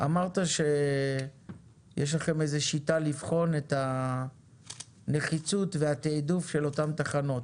אמרת שיש לכם איזה שיטה לבחון את הנחיצות והתיעדוף של אותן תחנות.